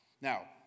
Now